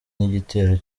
n’igitero